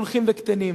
הולכים וקטנים.